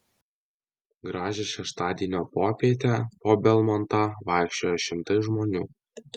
gražią šeštadienio popietę po belmontą vaikščiojo šimtai žmonių